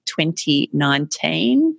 2019